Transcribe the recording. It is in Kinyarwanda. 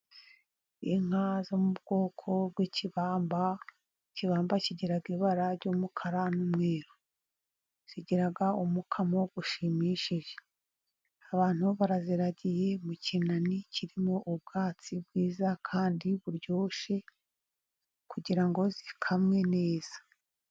Inka zo mu bwoko bw'ikibamba, ikibamba kigira ibara ry'umukara n'umweru, zigira umukamo ushimishije, abantu baraziragiye mu kinani kirimo ubwatsi bwiza kandi buryoshye ,kugira ngo zikamwe neza.